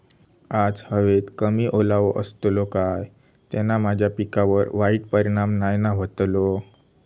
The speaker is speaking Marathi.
आज हवेत कमी ओलावो असतलो काय त्याना माझ्या पिकावर वाईट परिणाम नाय ना व्हतलो?